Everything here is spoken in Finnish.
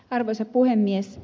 arvoisa puhemies